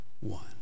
one